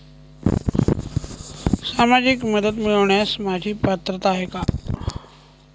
सामाजिक मदत मिळवण्यास माझी पात्रता आहे का?